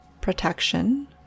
protection